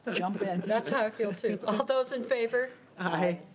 jump in. that's how i feel too. all those in favor? aye.